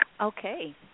Okay